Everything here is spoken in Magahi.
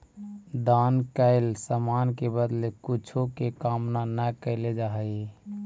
दान कैल समान के बदले कुछो के कामना न कैल जा हई